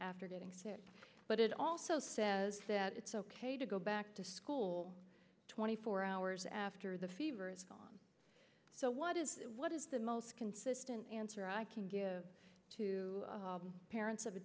after getting sick but it also says that it's ok to go back to school twenty four hours after the fever is gone so what is what is the most consistent answer i can give to parents